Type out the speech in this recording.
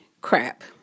crap